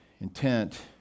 intent